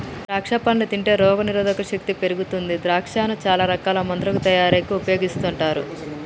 ద్రాక్షా పండ్లు తింటే రోగ నిరోధక శక్తి పెరుగుతుంది ద్రాక్షను చాల రకాల మందుల తయారీకి ఉపయోగిస్తుంటారు